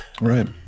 Right